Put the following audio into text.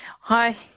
Hi